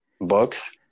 books